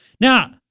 Now